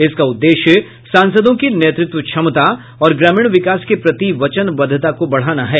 इसका उद्देश्य सांसदों की नेतृत्व क्षमता और ग्रामीण विकास के प्रति वचनबद्धता को बढ़ाना है